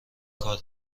کار